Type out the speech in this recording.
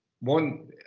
One